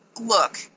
look